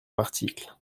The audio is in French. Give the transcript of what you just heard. l’article